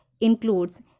includes